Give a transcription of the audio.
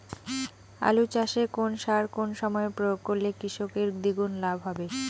আলু চাষে কোন সার কোন সময়ে প্রয়োগ করলে কৃষকের দ্বিগুণ লাভ হবে?